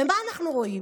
ומה אנחנו רואים?